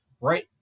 right